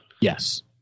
Yes